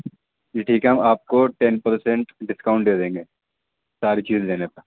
جی ٹھیک ہے ہم آپ کو ٹین پر سینٹ ڈسکاؤنٹ دے دیں گے ساری چیز لینے پہ